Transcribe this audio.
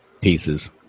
pieces